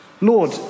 lord